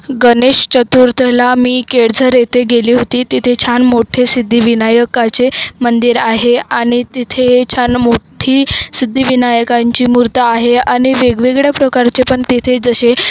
गणेश चतुर्थीला मी केडझर येथे गेली होती तिथे छान मोठे सिद्धिविनायकाचे मंदिर आहे आणि तिथे छान मोठी सिद्धिविनायकांची मूर्ती आहे आणि वेगवेगळ्या प्रकारचे पण तिथे जसे